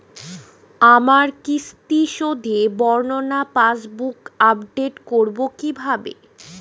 আমার কিস্তি শোধে বর্ণনা পাসবুক আপডেট করব কিভাবে?